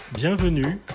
Bienvenue